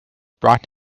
brought